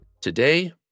Today